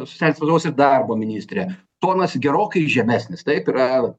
socialinės apsaugos ir darbo ministrė tonas gerokai žemesnis taip yra